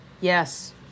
Yes